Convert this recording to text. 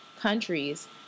countries